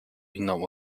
inną